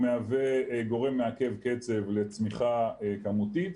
הוא מהווה גורם מעכב קצב לצמיחה כמותית.